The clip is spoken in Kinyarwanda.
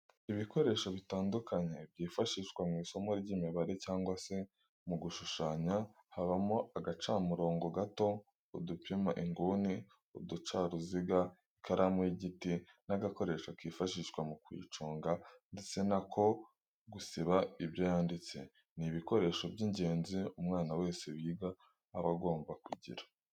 Ibikoresho bitandukanye byifashishwa mu isomo ry'imibare cyangwa se mu gushushanya habamo agacamurongo gato, udupima inguni, uducaruziga, ikaramu y'igiti n'agakoresho kifashishwa mu kuyiconga ndetse n'ako gusiba ibyo yanditse. Ni ibikoresho by'ingenzi umwana wese wiga aba agomba kugira.